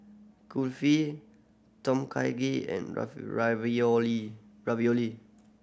Kulfi Tom Kha Gai and Ravioli Ravioli